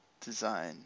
design